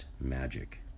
magic